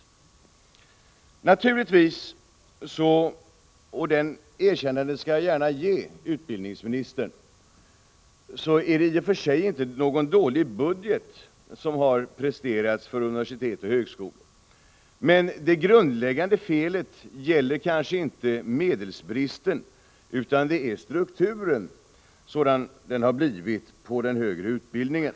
Det är i och för sig inte någon dålig budget för universitet och högskolor som har presterats — det erkännandet skall jag gärna ge utbildningsministern. Men den har ett grundläggande fel, som kanske inte gäller medelsbristen utan strukturen på den högre utbildningen.